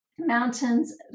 mountains